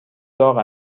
داغ